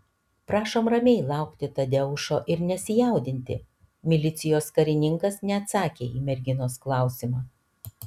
prašom ramiai laukti tadeušo ir nesijaudinti milicijos karininkas neatsakė į merginos klausimą